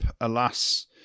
alas